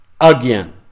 again